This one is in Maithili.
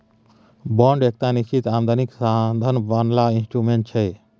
बांड एकटा निश्चित आमदनीक साधंश बला इंस्ट्रूमेंट छै